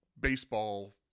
baseball